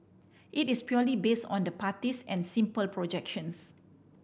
it is purely based on the parties and simple projections